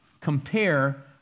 compare